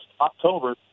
October